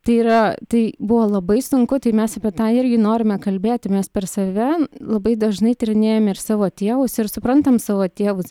tai yra tai buvo labai sunku tai mes apie tą irgi norime kalbėti nes per save labai dažnai tyrinėjam ir savo tėvus ir suprantam savo tėvus